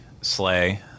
sleigh